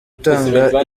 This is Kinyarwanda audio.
utanga